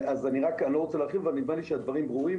אני לא רוצה להרחיב, אבל נדמה לי שהדברים ברורים.